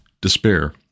despair